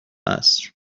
عصر